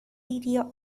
area